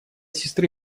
сестры